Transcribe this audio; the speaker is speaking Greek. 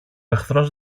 εχθρός